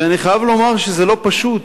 ואני חייב לומר שזה לא פשוט,